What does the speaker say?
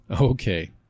Okay